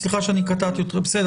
קטעתי אותך באמצע.